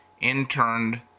interned